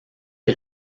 est